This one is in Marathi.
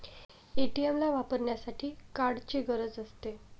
ए.टी.एम ला वापरण्यासाठी कार्डची गरज असते